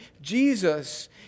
Jesus